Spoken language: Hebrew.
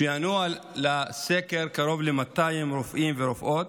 ענו על הסקר קרוב ל-200 רופאים ורופאות